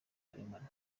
karemano